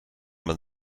man